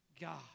God